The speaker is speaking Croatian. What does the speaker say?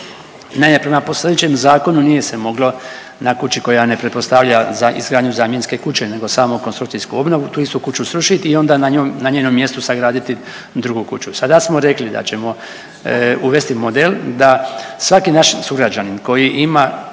Ne, prema postojećem zakonu nije se moglo na kući koja ne pretpostavlja izgradnju zamjenske kuće, nego samo konstrukcijsku obnovu tu istu kuću srušiti i onda na njenom mjestu sagraditi drugu kuću, sada smo rekli da ćemo uvesti model da svaki naš sugrađanin koji ima